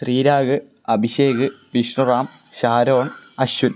Sreerag Abhishek Vishnuram Sharon Ashwin